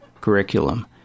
curriculum